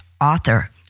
author